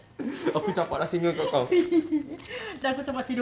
and aku campak